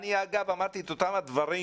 אמרתי את אותם הדברים